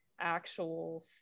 actual